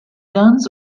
guns